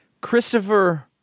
Christopher